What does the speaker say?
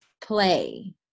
play